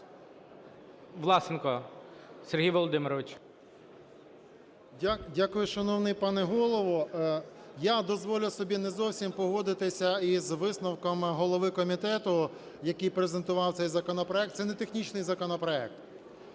Власенко Сергій Володимирович. 17:26:54 ВЛАСЕНКО С.В. Дякую, шановний пане Голово. Я дозволю собі не зовсім погодитися із висновком голови комітету, який презентував цей законопроект. Це не технічний законопроект.